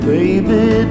baby